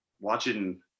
watching